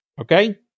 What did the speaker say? Okay